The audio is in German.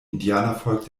indianervolk